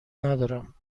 ندارم